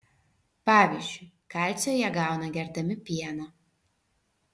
pavyzdžiui kalcio jie gauna gerdami pieną